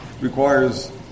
requires